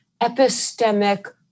epistemic